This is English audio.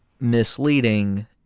misleading